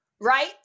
right